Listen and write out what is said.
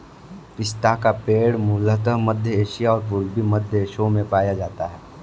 पिस्ता का पेड़ मूलतः मध्य एशिया और पूर्वी मध्य देशों में पाया जाता है